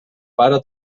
pare